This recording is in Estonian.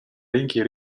ringi